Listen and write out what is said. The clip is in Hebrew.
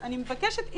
אני מבקשת,